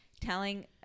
telling